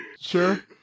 sure